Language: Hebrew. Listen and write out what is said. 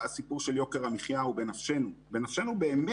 סיפור יוקר המחיה הוא בנפשנו באמת,